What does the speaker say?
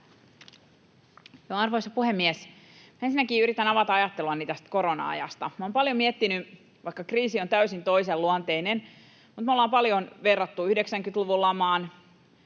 Arvoisa puhemies! Ensinnäkin yritän avata ajatteluani tästä korona-ajasta. Olen paljon miettinyt, vaikka kriisi on täysin toisenluonteinen, sitä, että olemme paljon verranneet tätä 90-luvun lamaan